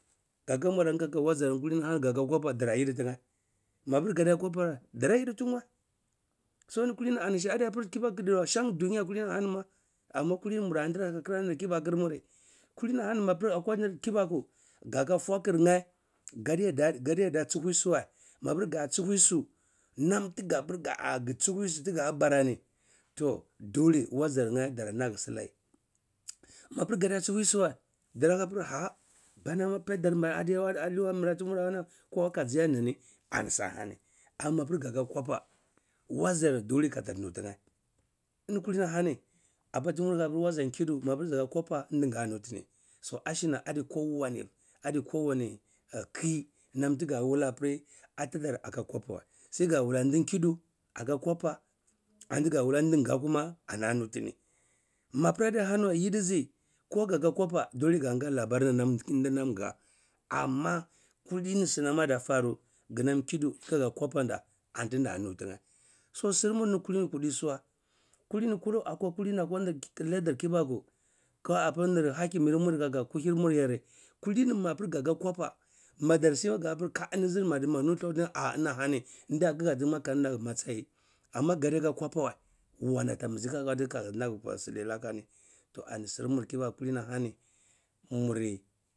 Gaka mwalaryeh kaka wazyarye kulini ahani gaka kwapa dara yiditiyeh, mapir gati aka kwapa weh dara yidi tinye so eni kulini ami adi apir kibuku didiwa shan dunya kulini ahani ma amma kulini mara nda dir ata kara nir kibahir mur kulini hani apir mapir nir kibaku gaka fwakuryeh gadi de gadi de chiusu wa mapir ga chiusu nam tigapir-ah gidiusu tiga bara nit oh doleh wazanyeh dara nagi silai mapir gita chihuesu wa darah piri hah, bana ma paidar mi adiwa adiwa kowa kazi ya nini anisi ahani an mapir gakakanpa, wazeh ddeh kadar nutinye eni kulini ahani, apir tumor khir waza khidi map zaka kwapa nda nutini so ashina adi kowani adi kowani kin am tiga watch apir atigir aka kwapa wa segawah dukhidi aka kwapa andgapir nam iga kuma ana nutini mapir adiahani wa yidizi ko gaka kwapa doleh ganga rabar tinam ndinam nga amma kulini sinam ada faru, gnam khidi gaka kwapan da ani nda nutiyeh so sirmur ni kulini kurti suwa kulimi kumu akwa kibaku akwa kulini kibaku ko apir nir hakimir mur aka kubirmurgereh kulini mapir jaka kwapa magisi aga khir ka eni zir madi yareh nda kir ah eni ahani ada khga tiyeh ma kadinagi masayi amma kadi aka kwapa wa wanata mizi ka nagi silai ko silata nit oh ani sirmur kabaku kidiniahani murde.